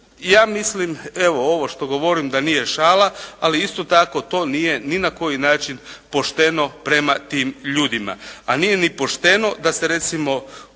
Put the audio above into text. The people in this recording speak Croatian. Ja mislim, evo ovo što govorim da nije šala, ali isto tako to nije ni na koji način pošteno prema tim ljudima. A nije ni pošteno da se recimo